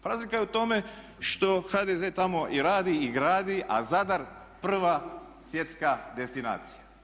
Pa razlika je u tome što HDZ tamo i radi i gradi a Zadar prva svjetska destinacija.